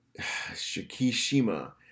shikishima